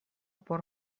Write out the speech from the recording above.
por